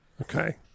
Okay